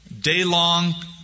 day-long